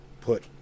put